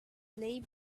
lay